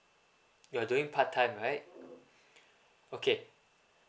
you are doing part time right okay